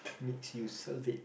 makes you salivate